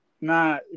Nah